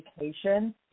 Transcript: education